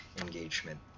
engagement